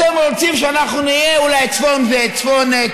אתם רוצים שאנחנו נהיה אולי צפון קוריאה?